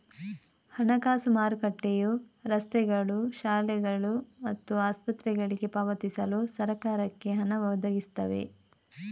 ಹಣಕಾಸು ಮಾರುಕಟ್ಟೆಯು ರಸ್ತೆಗಳು, ಶಾಲೆಗಳು ಮತ್ತು ಆಸ್ಪತ್ರೆಗಳಿಗೆ ಪಾವತಿಸಲು ಸರಕಾರಕ್ಕೆ ಹಣ ಒದಗಿಸ್ತವೆ